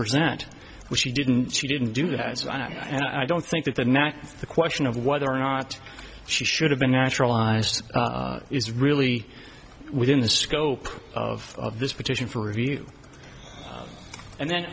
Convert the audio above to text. present which she didn't she didn't do that and i don't think that that not the question of whether or not she should have been naturalized is really within the scope of this petition for review and then